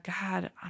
God